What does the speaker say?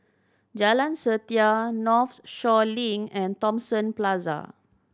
Jalan Setia Northshore Link and Thomson Plaza